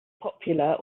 popular